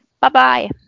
Bye-bye